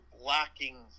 lacking